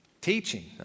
Teaching